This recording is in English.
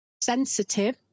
sensitive